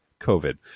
COVID